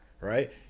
right